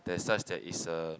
that such that it's a